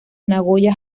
nagoya